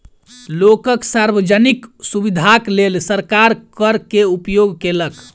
लोकक सार्वजनिक सुविधाक लेल सरकार कर के उपयोग केलक